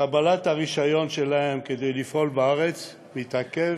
קבלת הרישיון שלהם כדי לפעול בארץ מתעכבת,